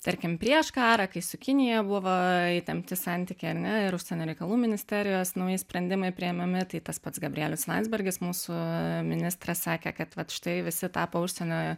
tarkim prieš karą kai su kinija buvo įtempti santykiai ar ne ir užsienio reikalų ministerijos nauji sprendimai priimami tai tas pats gabrielius landsbergis mūsų ministras sakė kad štai vat visi tapo užsienio